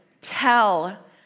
tell